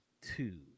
two